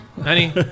honey